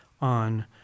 on